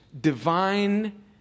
divine